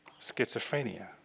schizophrenia